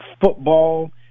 football